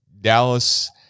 Dallas